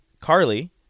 Carly